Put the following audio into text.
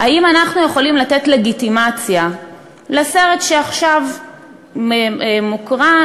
האם אנחנו יכולים לתת לגיטימציה לסרט שעכשיו מוקרן